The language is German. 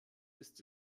ist